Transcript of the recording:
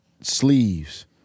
sleeves